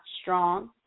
strong